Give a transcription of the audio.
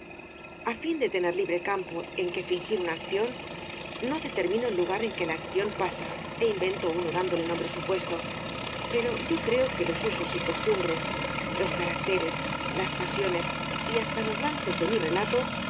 a fin de tener libre campo en que fingir una acción no de termino el lugar en que la acción pasa é invento uno dándole nombre supuesto pero yo creo que los usos y costumbres los caracteres las pasiones y hasta los lan ces de mi relato